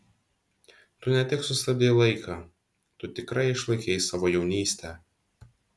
tu ne tik sustabdei laiką tu tikrai išlaikei savo jaunystę